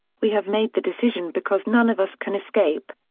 we have made the decision because none of us can escape.